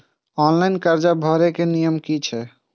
Online कर्जा भरे के नियम की छे?